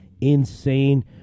insane